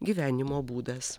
gyvenimo būdas